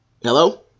Hello